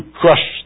crush